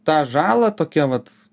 tą žalą tokią vat